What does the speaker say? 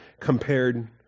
compared